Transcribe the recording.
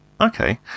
Okay